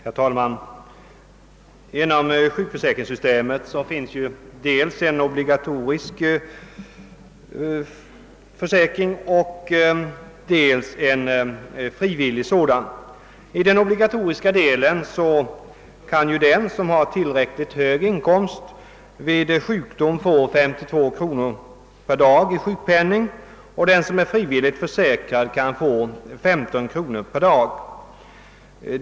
Herr talman! Inom sjukförsäkringssystemet finns dels en obligatorisk, dels en frivillig försäkring. I den obligatoriska delen kan vid sjukdom den som har tillräckligt hög inkomst få 52 kronor per dag i sjukpenning, och den som är frivilligt försäkrad kan få 15 kronor per dag.